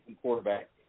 quarterback